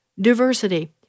diversity